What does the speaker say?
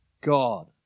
God